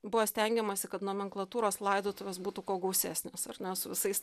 buvo stengiamasi kad nomenklatūros laidotuvės būtų kuo gausesnės ar ne su visais